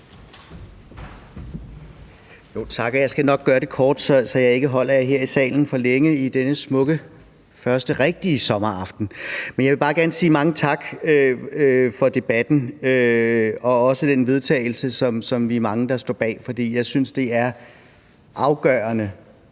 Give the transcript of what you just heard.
Tak, og jeg skal nok gøre det kort, så jeg ikke holder jer her i salen for længe på denne smukke første rigtige sommeraften. Men jeg vil bare gerne sige mange tak for debatten og også det forslag til vedtagelse, som vi er mange, der står bag. For jeg synes, det er afgørende,